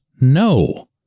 No